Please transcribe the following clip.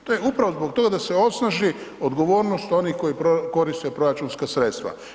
To je upravo zbog toga da se osnaži odgovornost onih koji koriste proračunska sredstva.